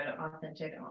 authentic